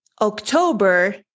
October